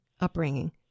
upbringing